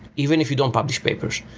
even if you don't publish papers.